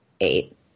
Eight